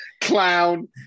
clown